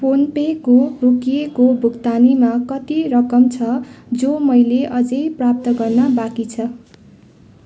phone पेको रोकिएको भुक्तानीमा कति रकम छ जो मैले अझै प्राप्त गर्न बाँकी छ